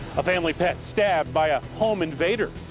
ah family pet stabbed by a home invader.